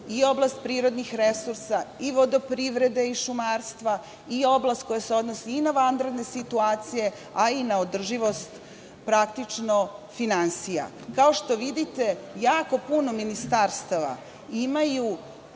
i oblast prirodnih resursa, i vodoprivreda, šumarstva i oblast koja se odnosi i na vanredne situacija, i na održivost finansija. Kao što vidite, jako puno ministarstava imaju